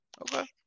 Okay